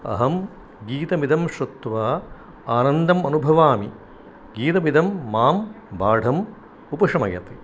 अहं गीतमिदं श्रुत्वा आनन्दम् अनुभवामि गीतमिदं मां बाढम् उपशमयति